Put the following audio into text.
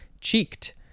cheeked